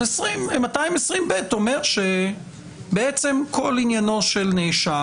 אז 220ב אומר שכל עניינו של נאשם,